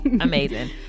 Amazing